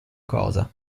cosa